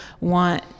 want